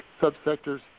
subsectors